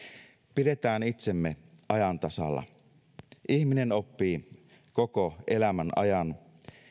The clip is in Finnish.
pidetään itsemme ajan tasalla ihminen oppii koko elämän ajan